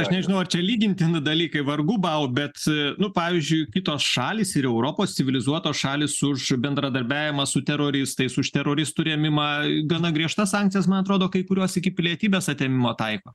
aš nežinau ar čia lygintini dalykai vargu bau bet nu pavyzdžiui kitos šalys ir europos civilizuotos šalys už bendradarbiavimą su teroristais už teroristų rėmimą gana griežtas sankcijas man atrodo kai kuriuos iki pilietybės atėmimo taiko